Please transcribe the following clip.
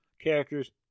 characters